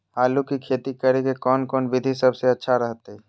आलू की खेती करें के कौन कौन विधि सबसे अच्छा रहतय?